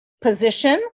position